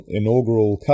inaugural